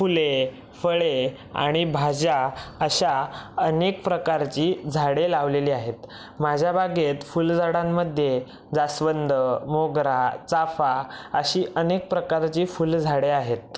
फुले फळे आणि भाज्या अशा अनेक प्रकारची झाडे लावलेली आहेत माझ्या बागेत फुलझाडांमध्ये जास्वंद मोगरा चाफा अशी अनेक प्रकारची फुलझाडे आहेत